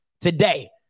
today